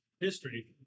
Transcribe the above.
history